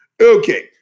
Okay